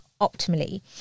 optimally